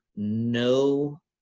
No